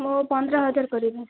ମୁଁ ପନ୍ଦର ହଜାର କରିବି